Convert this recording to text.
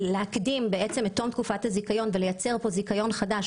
הקדמת תום תקופת הזיכיון ולייצר פה זיכיון חדש,